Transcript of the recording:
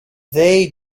they